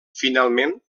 finalment